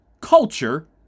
culture